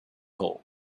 hole